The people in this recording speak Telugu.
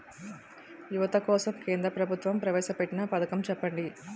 యువత కోసం కేంద్ర ప్రభుత్వం ప్రవేశ పెట్టిన పథకం చెప్పండి?